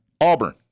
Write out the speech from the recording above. Auburn